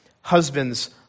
Husbands